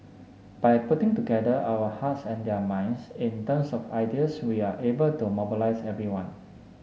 by putting together our hearts and their minds in terms of ideas we are able to mobilize everyone